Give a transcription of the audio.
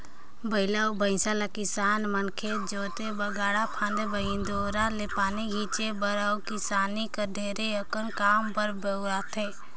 बइला अउ भंइसा ल किसान मन खेत जोते बर, गाड़ा फांदे बर, इन्दारा ले पानी घींचे बर अउ किसानी कर अउ ढेरे अकन काम बर बउरथे